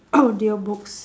audiobooks